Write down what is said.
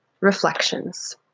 Reflections